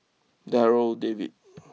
Darryl David